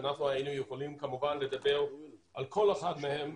היינו יכולים כמובן לדבר על כל אחד מהם